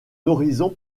horizon